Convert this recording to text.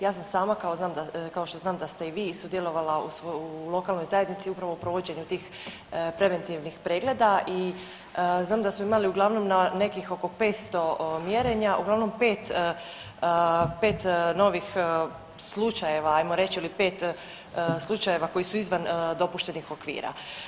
Ja sam sama, kao što znam da ste i vi, sudjelovala u lokalnoj zajednici upravo u provođenju tih preventivnih pregleda i znam da smo imali uglavnom na nekih oko 500 mjerenja, uglavnom 5 novih slučajeva, ajmo reći ili 5 slučajeva koji su izvan dopuštenih okvira.